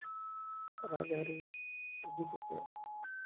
ᱨᱟᱡᱽ ᱟᱹᱨᱤ ᱤᱫᱤ ᱠᱟᱛᱮ